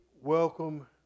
welcome